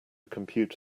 compute